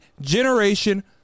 generation